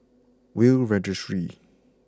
Will Registry